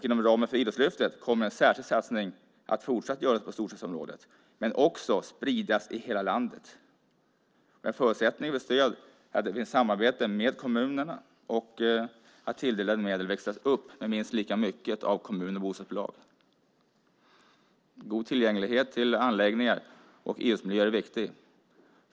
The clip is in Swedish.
Inom ramen för Idrottslyftet kommer en särskild satsning att fortsatt göras på storstadsområdet. Men den satsningen ska också spridas i hela landet. Förutsättningen för stöd är att det finns ett samarbete med kommunerna och att tilldelade medel växlas upp med minst lika mycket av kommun och bostadsbolag. God tillgänglighet till anläggningar och idrottsmiljöer är viktig.